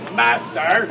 master